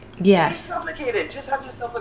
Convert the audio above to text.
Yes